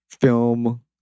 film